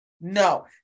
no